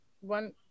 one